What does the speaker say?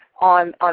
on